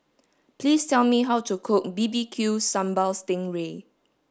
please tell me how to cook B B Q sambal sting ray